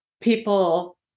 people